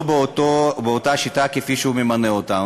לא באותה שיטה שהוא ממנה אותם.